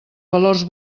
valors